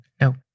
No